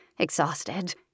Exhausted